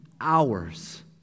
hours